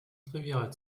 trivial